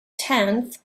tenth